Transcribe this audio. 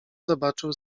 zobaczył